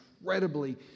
incredibly